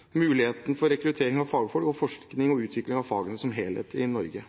muligheten ikke finnes i dag. Kommisjonen mener forslaget om et nytt fagmiljø ved Universitetet i Tromsø vil styrke rettssikkerheten, mulighetene for rekruttering av fagfolk og forskning og utvikling av fagene som helhet i Norge.